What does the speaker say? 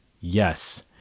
Yes